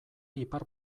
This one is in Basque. ipar